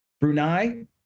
Brunei